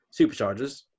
superchargers